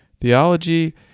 Theology